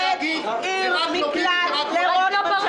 אין לכם שום סמכות לדון בדיון הזה.